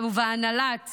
ובהנהלת